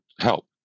help